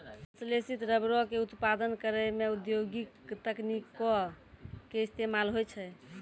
संश्लेषित रबरो के उत्पादन करै मे औद्योगिक तकनीको के इस्तेमाल होय छै